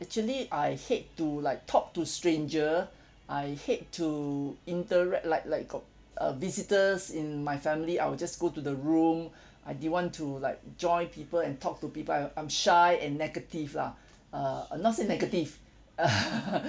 actually I hate to like talk to stranger I hate to interact like like got uh visitors in my family I will just go to the room I didn't want to like join people and talk to people I I'm shy and negative lah uh uh not say negative